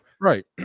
Right